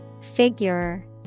Figure